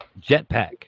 jetpack